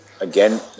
again